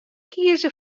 kieze